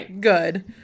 good